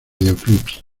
videoclips